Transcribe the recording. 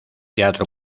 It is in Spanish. teatro